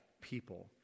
people